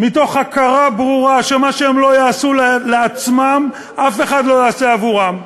מתוך הכרה ברורה שמה שהם לא יעשו לעצמם אף אחד לא יעשה עבורם,